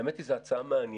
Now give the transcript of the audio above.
האמת היא, זאת הצעה מעניינת,